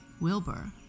Wilbur